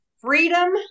freedom